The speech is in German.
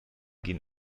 gehen